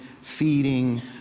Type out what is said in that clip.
feeding